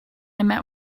met